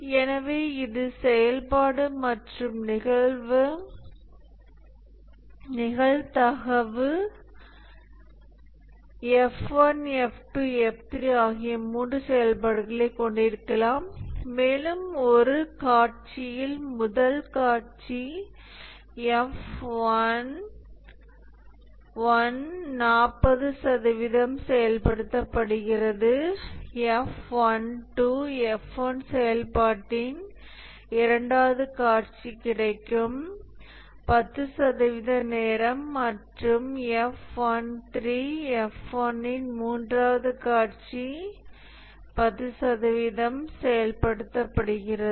எனவே இது செயல்பாடு மற்றும் நிகழ்தகவு F1 F2 F3 ஆகிய மூன்று செயல்பாடுகளைக் கொண்டிருக்கலாம் மேலும் ஒரு காட்சியில் முதல் காட்சி F11 40 சதவிகிதம் செயல்படுத்தப்படுகிறது F12 F1 செயல்பாட்டின் இரண்டாவது காட்சி கிடைக்கும் 10 சதவிகித நேரம் மற்றும் F13 F1 இன் மூன்றாவது காட்சி 10 சதவிகிதம் செயல்படுத்தப்படுகிறது